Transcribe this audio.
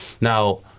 Now